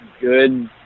good